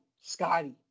Scotty